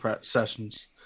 sessions